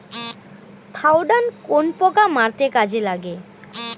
Thiodan কোন পোকা মারতে কাজে লাগে?